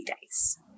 days